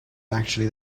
actually